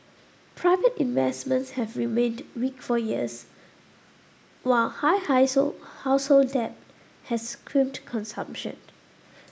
private investments have remained weak for years while high household debt has crimped consumption